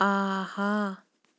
آہا